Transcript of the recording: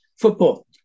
Football